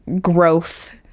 growth